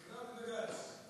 כלכלה ובג"ץ.